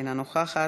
אינה נוכחת,